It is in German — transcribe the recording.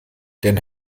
den